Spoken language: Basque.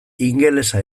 ingelesa